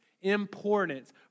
importance